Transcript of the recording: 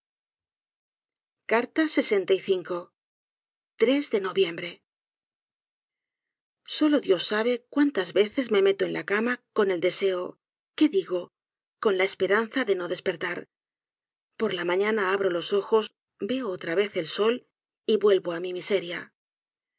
de noviembre solo dios sabe cuántas veces me meto en la cama con el deseo qué digo con la esperanza de no despertar por la mañana abro los ojos veo otra vez el sol y vuelvo á mi miseria